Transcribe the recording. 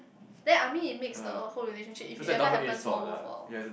then I mean it makes the whole relationship if it even happens more worth while